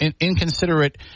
inconsiderate